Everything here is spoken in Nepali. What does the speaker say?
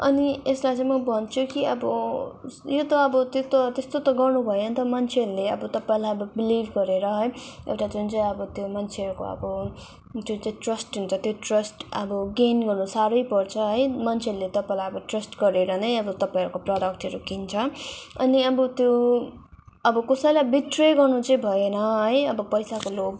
अनि यसलाई चाहिँ म भन्छु कि अब यो त अब त्यो त त्यस्तो त गर्नु भएन त मान्छेहरूले अब तपाईँलाई बिलिफ गरेर है एउटा जुन चाहिँ अब त्यो मान्छेहरूको अब जुन चाहिँ ट्र्स्ट हुन् त्यो ट्रस्ट अब गेन गर्नु साह्रै पर्छ है मान्छेहरूले तपाईँलाई अब ट्र्स्ट गरेर नै अब तपाईँहरूको प्रोडक्टहरू किन्छ अनि अब त्यो अब कसैलाई बिट्रे गर्नु चाहिँ भएन है अब पैसाको लोभ